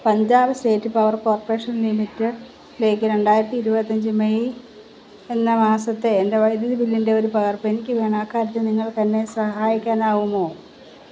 Punjab state power corporation ലിമിറ്റഡിലേക്ക് രണ്ടായിരത്തി ഇരുപത്തഞ്ച് മെയ് എല്ലാ മാസത്തെ എൻ്റെ വൈദ്യുതി ബില്ലിൻ്റെ ഒരു പകർപ്പെനിക്ക് വേണം അക്കാര്യത്തിൽ നിങ്ങൾക്ക് എന്നെ സഹായിക്കാനാകുമോ